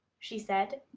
she said.